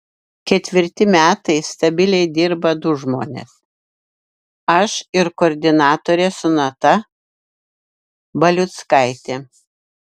ketvirti metai stabiliai dirba du žmonės aš ir koordinatorė sonata baliuckaitė